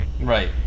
Right